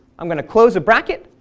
i'm going to close the bracket,